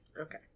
Okay